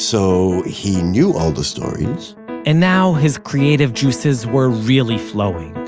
so he knew all the stories and now, his creative juices were really flowing.